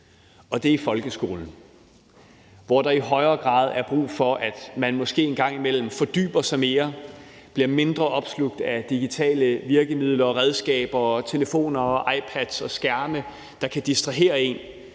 og det er i folkeskolen, hvor der i højere grad er brug for, at man måske engang imellem fordyber sig mere og bliver mindre opslugt af digitale virkemidler og redskaber, telefoner, iPads og skærme, der kan distrahere en.